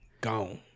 Gone